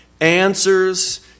answers